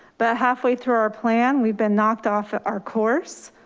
but halfway through our plan, we've been knocked off our course.